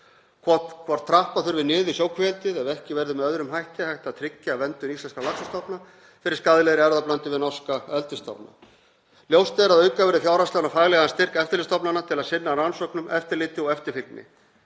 hvort trappa þurfi niður sjókvíaeldið ef ekki verður með öðrum hætti hægt að tryggja verndun íslenskra laxastofna fyrir skaðlegri erfðablöndun við norska eldisstofninn. Ljóst er að auka verður fjárhagslegan og faglegan styrk eftirlitsstofnana til að sinna rannsóknum, eftirliti og eftirfylgni,